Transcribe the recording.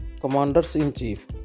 Commanders-in-Chief